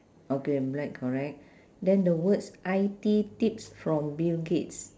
okay black correct then the words I_T tips from bill gates